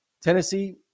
Tennessee